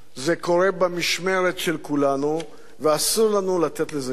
זה קורה במשמרת של כולנו, ואסור לנו לתת לזה יד.